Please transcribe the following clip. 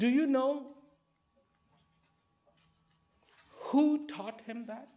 do you know who taught him that